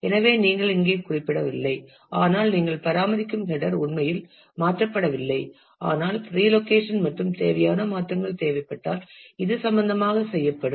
எனவே நீங்கள் இங்கே குறிப்பிடவில்லை ஆனால் நீங்கள் பராமரிக்கும் ஹெடர் உண்மையில் மாற்றப்படவில்லை ஆனால் ரீல்லொக்கேஷன் மற்றும் தேவையான மாற்றங்கள் தேவைப்பட்டால் இது சம்பந்தமாக செய்யப்படும்